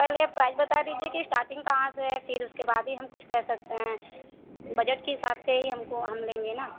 पहले आप प्राइज़ बता दीजिए कि श्टार्टिंग कहाँ से है फिर उसके बाद ही हम कुछ कर सकते हैं बजट के हिसाब से ही हमको हम लेंगे ना